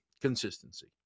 consistency